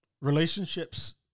relationships